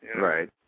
Right